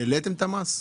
העליתם את המס?